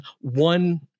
one